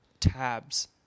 Tabs